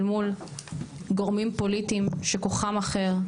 אל מול גורמים פוליטיים שכוחם אחר.